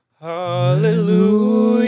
Hallelujah